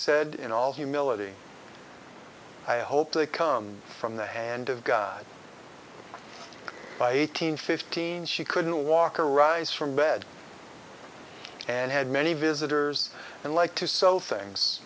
said in all humility i hope they come from the hand of god by eight hundred fifteen she couldn't walk or rise from bed and had many visitors and like to sew things